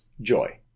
joy